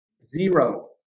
Zero